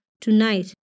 tonight